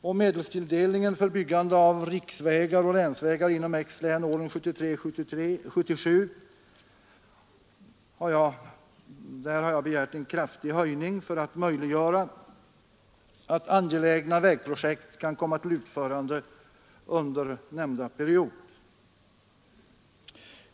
För byggande och förbättring av riksvägar och länsvägar inom X-län åren 1973—1977 har jag begärt en kraftig höjning av medelstilldelningen för de nämnda åren.